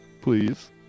please